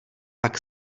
pak